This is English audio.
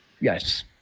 Yes